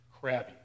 crabby